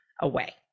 away